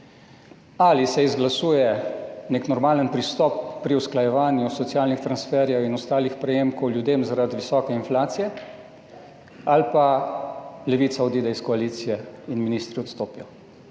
ali se izglasuje nek normalen pristop pri usklajevanju socialnih transferjev in ostalih prejemkov ljudem zaradi visoke inflacije ali pa Levica odide iz koalicije in ministri odstopijo.